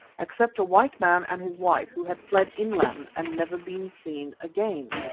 except a white man and his wife who had fled inland and never been seen again.